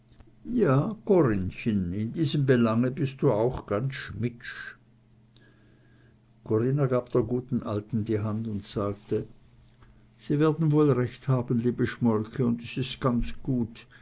ja corinnchen in diesem belange bist du auch ganz schmidtsch corinna gab der guten alten die hand und sagte sie werden wohl recht haben liebe schmolke und es ist ganz gut